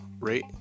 rate